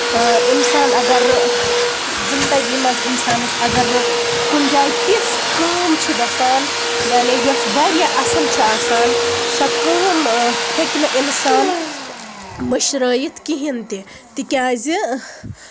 ہاں اِنسان اَگر زِنٛدگی منٛز اِنسانَس اَگر کُنہِ جایہِ تِژھ کٲم چھِ گژھان یانے یۄس واریاہ اَصٕل چھِ آسان سۄ کٲم ہیٚکہِ نہٕ اِنسان مٔشرٲوِتھ کِہیٖنٛۍ تہِ تِکیٛازِ